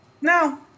No